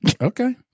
Okay